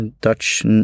Dutch